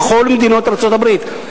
בכל מדינות ארצות-הברית.